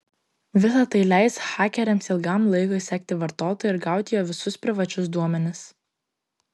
visa tai leis hakeriams ilgam laikui sekti vartotoją ir gauti jo visus privačius duomenis